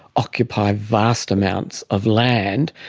occupy vast amounts of land,